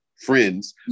friends